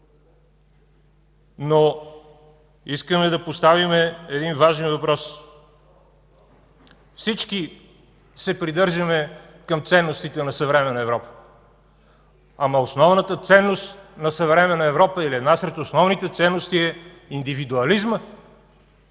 Искаме да поставим един важен въпрос. Всички се придържаме към ценностите на съвременна Европа, но основната ценност на съвременна Европа или една сред основните ценности е индивидуализмът,